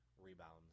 rebounds